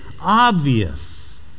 obvious